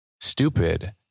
stupid